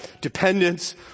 dependence